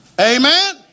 Amen